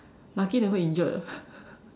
lucky never injured ah